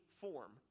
form